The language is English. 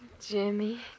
Jimmy